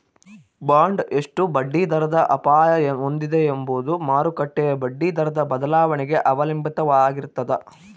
bond ಎಷ್ಟು ಬಡ್ಡಿದರದ ಅಪಾಯ ಹೊಂದಿದೆ ಎಂಬುದು ಮಾರುಕಟ್ಟೆಯ ಬಡ್ಡಿದರದ ಬದಲಾವಣೆಗೆ ಅವಲಂಬಿತವಾಗಿರ್ತದ